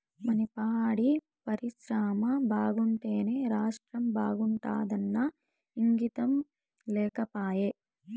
మన పాడి పరిశ్రమ బాగుంటేనే రాష్ట్రం బాగుంటాదన్న ఇంగితం లేకపాయే